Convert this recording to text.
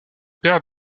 père